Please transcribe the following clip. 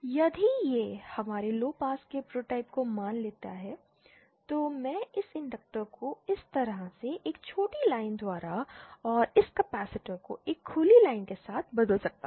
यदि यह हमारे लोपास के प्रोटोटाइप को मान लेता है तो मैं इस इंडक्टर को इस तरह से एक छोटी लाइन द्वारा और इस कैपेसिटर को एक खुली लाइन के साथ बदल सकता हूं